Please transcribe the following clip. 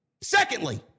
Secondly